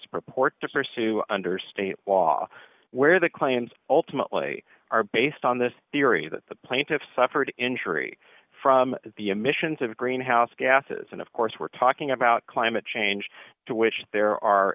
purport to pursue under state law where the claims ultimately are based on this theory that the plaintiffs suffered injury from the emissions of greenhouse gases and of course we're talking about climate change to which there are